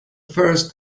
first